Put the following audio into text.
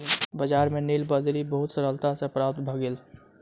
बजार में नीलबदरी बहुत सरलता सॅ प्राप्त भ गेल